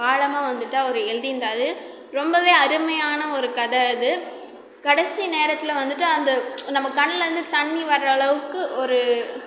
ஆழமாக வந்துவிட்டு அவர் எழுதிருந்தார் ரொம்பவே அருமையான ஒரு கதை அது கடைசி நேரத்தில் வந்துவிட்டு அந்த நம்ப கண்லேந்து தண்ணி வர்ற அளவுக்கு ஒரு